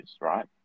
right